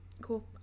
cool